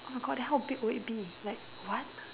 oh my god then how big will it be like what